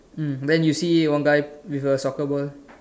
mm then you see one guy with a soccer ball